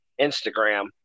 Instagram